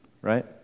right